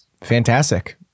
Fantastic